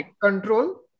control